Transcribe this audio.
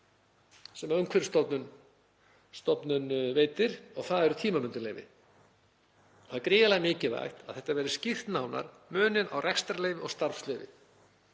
sem Umhverfisstofnun veitir og það eru tímabundin leyfi. Það er gríðarlega mikilvægt að þetta verði skýrt nánar, munurinn á rekstrarleyfi og starfsleyfi.